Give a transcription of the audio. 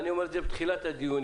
ואני אומר את זה בתחילת הדיונים,